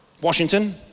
Washington